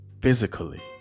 physically